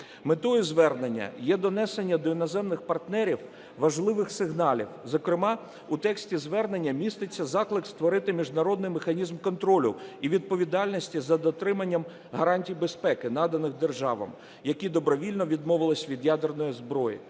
Метою звернення є донесення до іноземних партнерів важливих сигналів. Зокрема, в тексті звернення міститься заклик створити міжнародний механізм контроль і відповідальності за дотриманням гарантій безпеки, наданих державам, які добровільно відмовилися від ядерної зброї,